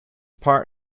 part